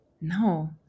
No